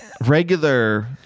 Regular